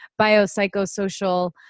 biopsychosocial